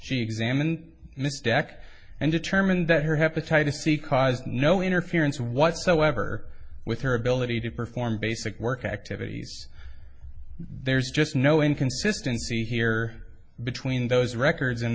she examined this deck and determined that her hepatitis c caused no interference whatsoever with her ability to perform basic work activities there's just no inconsistency here between those records in